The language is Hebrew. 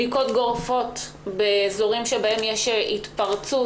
בדיקות גורפות באזורים שבהם יש התפרצות,